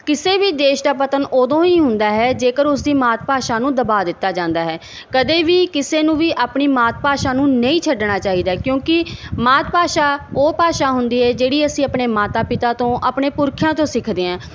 ਕਿਸੇ ਵੀ ਦੇਸ਼ ਦਾ ਪਤਨ ਉਦੋਂ ਹੀ ਹੁੰਦਾ ਹੈ ਜੇਕਰ ਉਸ ਦੀ ਮਾਤ ਭਾਸ਼ਾ ਨੂੰ ਦਬਾਅ ਦਿੱਤਾ ਜਾਂਦਾ ਹੈ ਕਦੇ ਵੀ ਕਿਸੇ ਨੂੰ ਵੀ ਆਪਣੀ ਮਾਤ ਭਾਸ਼ਾ ਨੂੰ ਨਹੀਂ ਛੱਡਣਾ ਚਾਹੀਦਾ ਕਿਉਂਕਿ ਮਾਤ ਭਾਸ਼ਾ ਉਹ ਭਾਸ਼ਾ ਹੁੰਦੀ ਹੈ ਜਿਹੜੀ ਅਸੀਂ ਆਪਣੇ ਮਾਤਾ ਪਿਤਾ ਤੋਂ ਆਪਣੇ ਪੁਰਖਿਆਂ ਤੋਂ ਸਿੱਖਦੇ ਹੈ